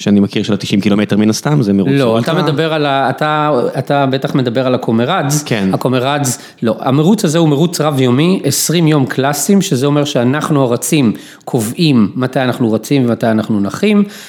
שאני מכיר של 90 קילומטר מן הסתם, זה מירוץ. לא, אתה מדבר על, אתה בטח מדבר על הקומראדס. כן. הקומראדס, לא, המירוץ הזה הוא מירוץ רב-יומי, 20 יום קלאסיים, שזה אומר שאנחנו הרצים, קובעים מתי אנחנו רצים ומתי אנחנו נחים,